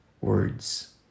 Words